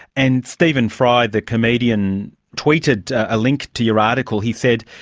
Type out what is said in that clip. and stephen fry the comedian tweeted a link to your article. he said,